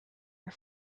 are